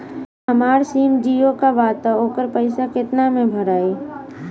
हमार सिम जीओ का बा त ओकर पैसा कितना मे भराई?